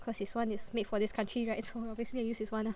cause his [one] is made for this country right so obviously I use his [one] ah